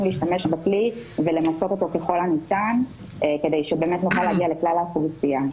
להשתמש בכלי ולמצות אותו ככל הניתן כדי שבאמת נוכל להגיע לכלל האוכלוסייה.